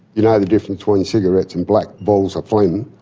you know the difference between cigarettes and black balls of phlegm.